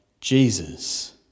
Jesus